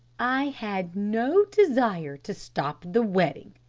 i had no desire to stop the wedding,